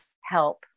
help